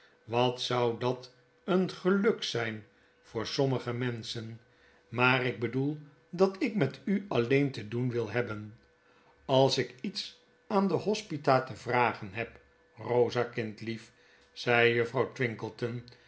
wat zou dat een geluk zyn voor sommige menschen maar ik bedoel dat ik met u alleen te doen wil hebben als ik iets aan de hospita te vragen heb eosa kindlief zei juffrouw